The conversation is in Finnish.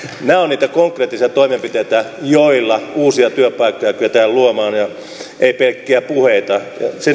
nämä ovat niitä konkreettisia toimenpiteitä joilla uusia työpaikkoja kyetään luomaan eivät pelkkiä puheita